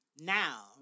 Now